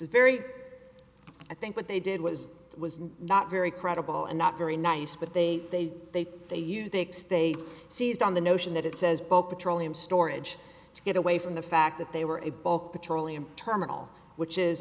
very i think what they did was it was not very credible and not very nice but they they they they used takes they seized on the notion that it says both petroleum storage to get away from the fact that they were a bulk petroleum terminal which is